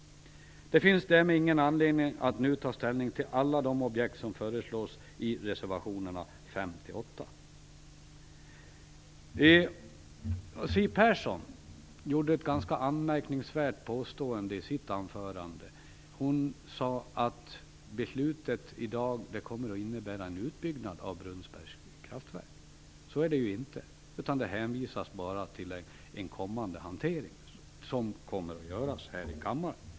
Det finns därmed ingen anledning att nu ta ställning till alla de objekt som föreslås i reservationerna Siw Persson gjorde ett ganska anmärkningsvärt påstående i sitt anförande. Hon sade att beslutet i dag kommer att innebära en utbyggnad av Brunnsbergs kraftverk. Så är det inte. Det hänvisas bara till en kommande hantering här i kammaren.